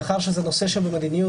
מאחר שזה נושא שבמדיניות,